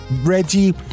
Reggie